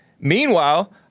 Meanwhile